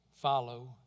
follow